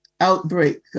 outbreak